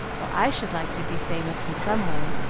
well, i should like to be famous in some way,